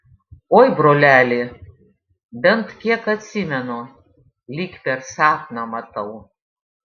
oi broleli bent kiek atsimenu lyg per sapną matau